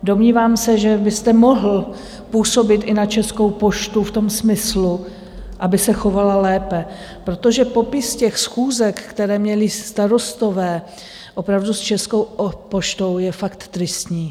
Domnívám se, že byste mohl působit i na Českou poštu v tom smyslu, aby se chovala lépe, protože popis těch schůzek, které měli starostové opravdu s Českou poštou, je fakt tristní.